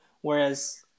whereas